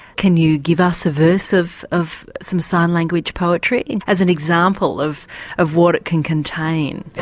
can you give us a verse of of some sign language poetry as an example of of what it can contain?